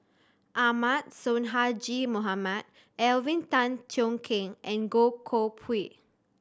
Ahmad Sonhadji Mohamad Alvin Tan Cheong Kheng and Goh Koh Pui